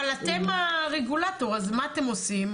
אבל אתם הרגולטור, אז מה אתם עושים?